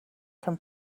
can